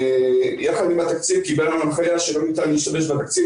ויחד עם התקציב קיבלנו הנחיה שלא ניתן להשתמש בתקציב